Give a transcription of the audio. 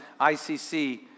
ICC